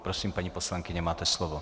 Prosím, paní poslankyně, máte slovo.